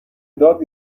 مداد